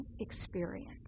experience